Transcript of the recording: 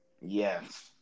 Yes